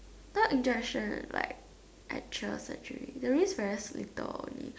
what injection like actual surgery they'll use very little only